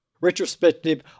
retrospective